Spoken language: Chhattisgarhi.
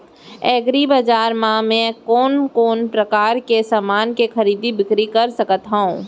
एग्रीबजार मा मैं कोन कोन परकार के समान के खरीदी बिक्री कर सकत हव?